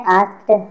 asked